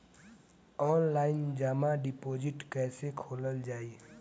Online जमा deposit कैसे खोलल जाइ?